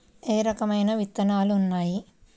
ఏ రకమైన విత్తనాలు ఉన్నాయి?